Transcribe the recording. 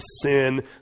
sin